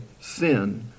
sin